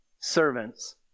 servants